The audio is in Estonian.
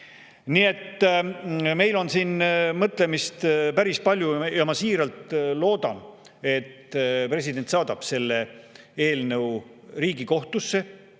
Nii et meil on siin mõtlemist päris palju ja ma siiralt loodan, et president saadab selle eelnõu Riigikohtusse.